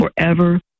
forever